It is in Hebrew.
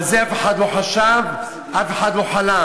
על זה אף אחד לא חשב, אף אחד לא חלם.